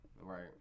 Right